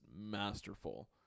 masterful